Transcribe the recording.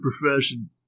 profession